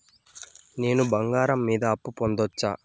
నేను బంగారం మీద అప్పు పొందొచ్చా?